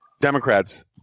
Democrats